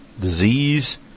disease